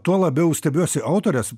tuo labiau stebiuosi autorės